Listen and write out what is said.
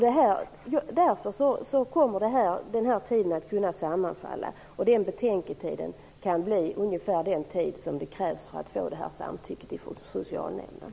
Dessa tider kommer att kunna sammanfalla. Betänketiden kan ungefär överensstämma med den tid som krävs för att få samtycket från socialnämnden.